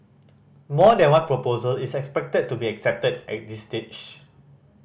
more than one proposal is expected to be accepted at this stage